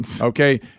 Okay